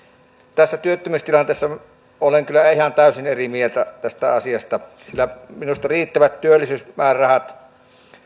tässä työttömyystilanteessa olen kyllä ihan täysin eri mieltä tästä asiasta sillä minusta tarvitaan riittävät työllisyysmäärärahat